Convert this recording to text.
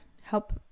help